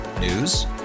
News